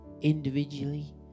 individually